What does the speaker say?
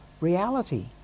reality